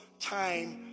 time